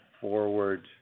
forward